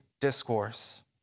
discourse